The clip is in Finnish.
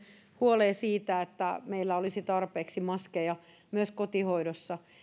huoleen siitä että meillä olisi tarpeeksi maskeja myös kotihoidossa